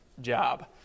job